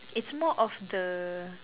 it's more of the